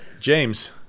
James